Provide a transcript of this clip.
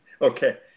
Okay